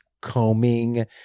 combing